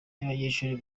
y’abanyeshuri